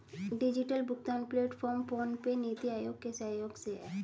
digital भुगतान platform PhonePe, NITI Aayog के सहयोग से है